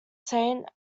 saint